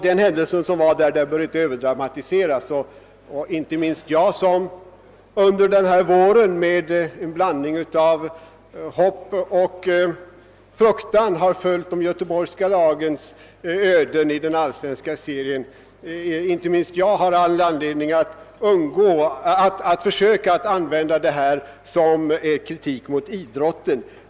Den händelsen bör inte överdramatiseras; inte minst jag som under den gångna våren med en blandning av hopp och fruktan har följt de göteborgska lagens öden i den allsvenska serien har all anledning att försöka undvika att an vända denna händelse som en kritik mot idrotten.